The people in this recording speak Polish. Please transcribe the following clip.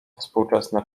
współczesne